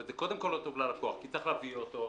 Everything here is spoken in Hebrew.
אבל קודם כול זה לא טוב ללקוח כי צריך להביא אותו,